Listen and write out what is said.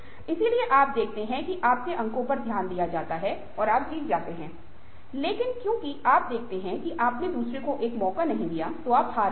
इसलिए आप देखते हैं कि आपके अंकों पर ध्यान दिया जाता है कि आप जीत जाते हैं लेकिन क्योंकि आप देखते हैं कि आपने दूसरों को एक मौका नहीं दिया है तो आप हार गए हैं